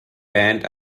band